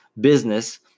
business